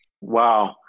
Wow